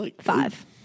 five